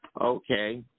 okay